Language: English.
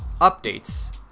updates